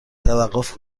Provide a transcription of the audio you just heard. توقف